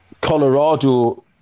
Colorado